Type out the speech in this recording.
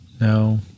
No